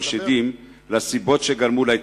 שדים לגבי הסיבות שגרמו להתאבדות.